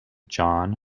john